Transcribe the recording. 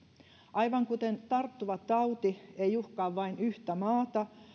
aivan kuten tarttuva tauti ei uhkaa vain yhtä maata